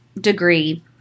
degree